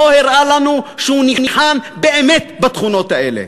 לא הראה לנו שהוא ניחן באמת בתכונות האלה.